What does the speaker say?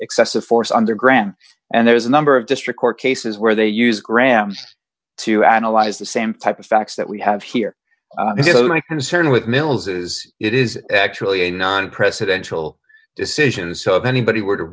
excessive force under grant and there is a number of district court cases where they use grams to analyze the same type of facts that we have here is you know my concern with mills is it is actually a non presidential decision so if anybody were to